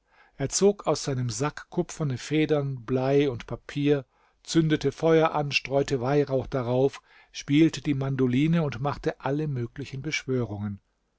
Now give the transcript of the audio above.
er zog aus seinem sack kupferne federn blei und papier zündete feuer an streute weihrauch darauf spielte die mandoline und machte alle möglichen beschwörungen